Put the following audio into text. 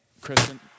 Kristen